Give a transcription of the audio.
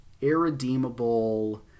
irredeemable